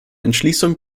entschließung